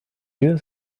you